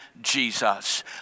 Jesus